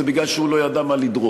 זה כי הוא לא ידע מה לדרוש.